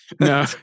No